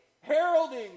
heralding